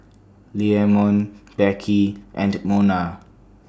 Leamon Beckie and Mona